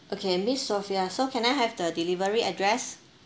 okay miss sophia so can I have the delivery address